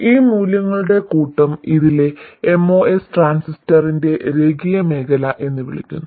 ഈ മൂല്യങ്ങളുടെ കൂട്ടം ഇതിനെ MOS ട്രാൻസിസ്റ്ററിന്റെ രേഖീയ മേഖല എന്ന് വിളിക്കുന്നു